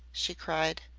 she cried.